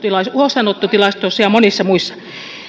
huostaanottotilastoissa ja monissa muissa